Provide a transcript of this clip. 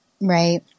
Right